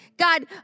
God